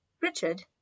Richard